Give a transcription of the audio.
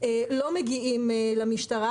לא מגיעים למשטרה,